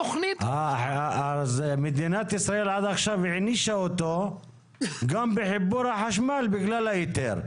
אז מדינת ישראל עד עכשיו הענישה אותו גם בחיבור החשמל בגלל ההיתר.